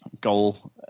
goal